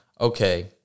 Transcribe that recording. okay